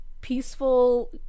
peaceful